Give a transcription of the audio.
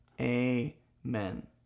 amen